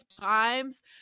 times